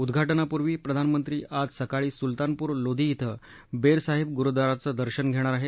उद्वाटनापूर्वी प्रधानमंत्री आज सकाळी सुलतानपुर लोदी इथं बेर साहिब गुरुद्वाराचं दर्शन घेणार आहेत